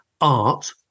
art